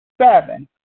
Seven